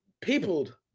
peopled